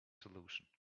solution